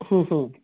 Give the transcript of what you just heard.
ਹਮ ਹਮ